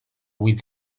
with